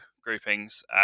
groupings